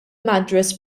madras